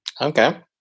Okay